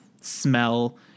smell